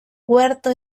huerto